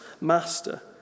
master